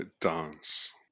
dance